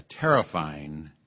terrifying